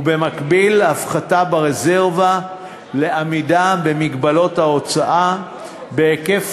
ובמקביל הפחתה ברזרבה לעמידה במגבלות ההוצאה בהיקף